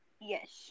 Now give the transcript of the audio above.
Yes